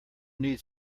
need